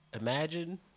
Imagine